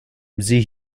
sieh